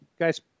guys